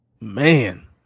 Man